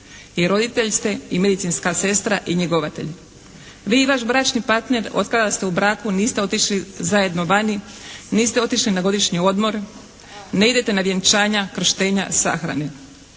I roditelj ste i medicinska sestra i njegovatelj. Vi i vaš bračni partner od kada ste u braku niste otišli zajedno vani, niste otišli na godišnji odmor, ne idete na vjenčanja, krštenja, sahrane.